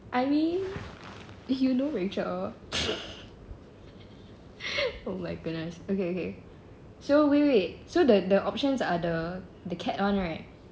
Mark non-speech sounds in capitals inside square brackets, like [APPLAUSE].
I mean you know rachel [LAUGHS] oh my goodness okay okay so wait wait so the the options are the the cat one right